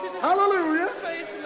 Hallelujah